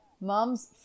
mom's